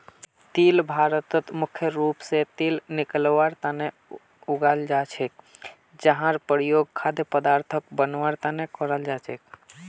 तिल भारतत मुख्य रूप स तेल निकलवार तना उगाल जा छेक जहार प्रयोग खाद्य पदार्थक बनवार तना कराल जा छेक